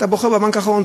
אתה בוחר בבנק האחרון.